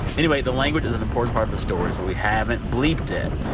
anyway, the language is an important part of the story so we haven't bleeped it.